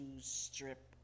strip